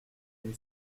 une